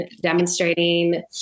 demonstrating